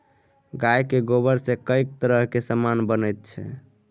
गायक गोबरसँ कैक तरहक समान बनैत छै